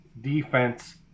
defense